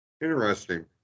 interesting